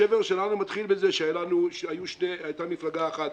השבר שלנו מתחיל בזה שהייתה מפלגה אחת,